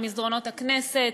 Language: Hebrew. במסדרונות הכנסת.